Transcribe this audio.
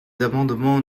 amendements